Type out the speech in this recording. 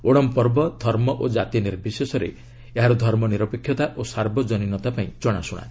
ଓଣମ୍ ପର୍ବ ଧର୍ମ ଓ କାତି ନିର୍ବିଶେଷରେ ଏହାର ଧର୍ମ ନିରପେକ୍ଷତା ଓ ସାର୍ବଜନୀନତାପାଇଁ କଣାଶୁଣା